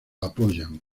apoyan